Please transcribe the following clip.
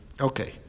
Okay